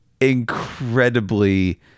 incredibly